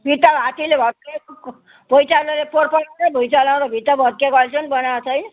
भित्ता भाँचिए भत्केको भुईँचालोले पोहोर पोहोर भुईँचालोले भित्ता भत्किएको अहिलेसम्म बनाको छैन